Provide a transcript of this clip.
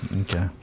Okay